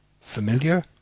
familiar